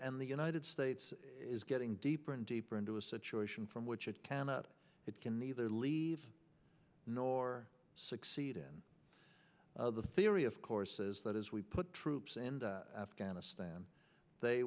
and the united states is getting deeper and deeper into a situation from which it cannot it can neither leave nor succeed in the theory of course is that as we put troops in afghanistan they